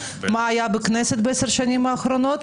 מה היה בכנסת בעשר השנים האחרונות.